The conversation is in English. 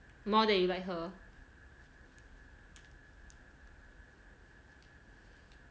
more than you like her